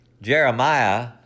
Jeremiah